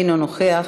אינו נוכח,